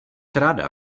ráda